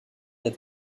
dans